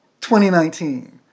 2019